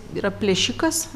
yra plėšikas